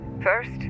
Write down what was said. First